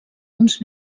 uns